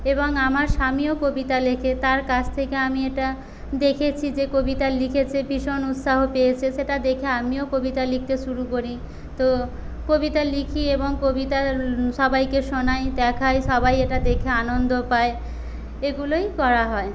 এবং আমার স্বামীও কবিতা লেখে তার কাছ থেকে আমি এটা দেখেছি যে কবিতা লিখেছে ভীষণ উৎসাহ পেয়েছে সেটা দেখে আমিও কবিতা লিখতে শুরু করি তো কবিতা লিখি এবং কবিতা সবাইকে শোনাই দেখাই সবাই এটা দেখে আনন্দ পায় এগুলোই করা হয়